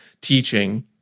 teaching